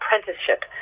apprenticeship